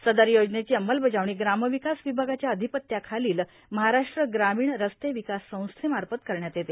सदर योजनेची अंमलबजावणी ग्रामविकास विभागाच्या आधिपत्याखालील महाराष्ट्र ग्रामीण रस्ते विकास संस्थेमार्फत करण्यात येते